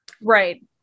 Right